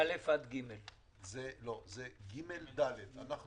את ג' וד' אנו